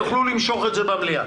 יוכלו למשוך את זה במליאה.